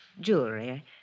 jewelry